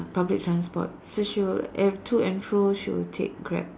public transport so she'll and to and through she'll take Grab